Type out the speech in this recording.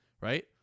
right